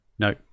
No